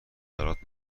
برات